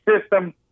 system